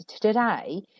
today